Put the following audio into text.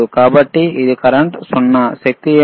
కాబట్టి ఇది కరెంట్ 0 శక్తి ఏమిటి